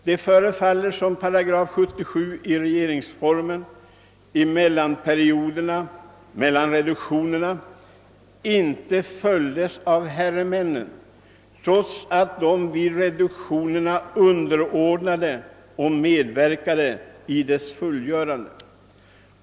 Det förefaller som om § 77 regeringsformen i perioderna mellan reduktionerna inte följdes av herremännen, trots att de underordnat sig reduktionerna och medverkat vid deras genomförande.